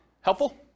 Helpful